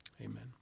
amen